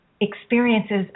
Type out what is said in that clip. experiences